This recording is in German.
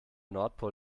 nordpol